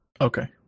Okay